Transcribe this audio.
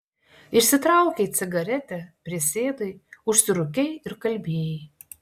išsitraukei cigaretę prisėdai užsirūkei ir kalbėjai